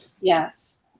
Yes